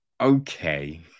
okay